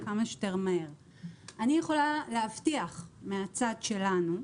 אני יכולה להבטיח מהצד שלנו,